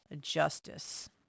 justice